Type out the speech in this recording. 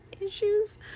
issues